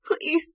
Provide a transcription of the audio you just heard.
Please